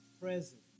present